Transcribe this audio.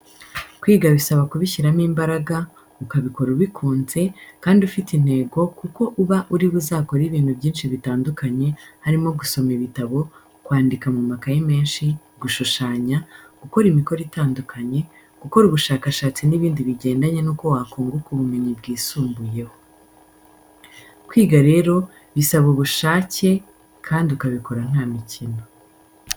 Kwiga bisaba kubishyiramo imbaraga, ukabikora ubikuze kandi ufite intego kuko uba uri buzakore ibintu byinshi bitandukanye, harimo gusoma ibitabo, kwandika mu makaye menshi, gushushanya, gukora imikoro itandukanye, gukora ubushakashatsi n'ibindi bigendanye n'uko wakunguka ubumenyi bwisumbuyeho. Kwiga rero bisaba ubushake kandi ukabikora nta mikino.